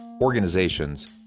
organizations